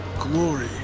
glory